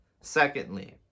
secondly